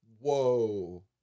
Whoa